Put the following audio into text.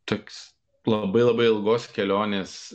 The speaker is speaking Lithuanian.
toks labai labai ilgos kelionės